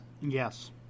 Yes